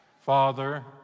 Father